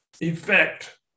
effect